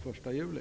1 juli.